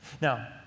Now